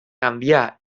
canvià